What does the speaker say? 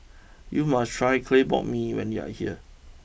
you must try Clay Pot Mee when you are here